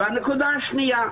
הנקודה השנייה.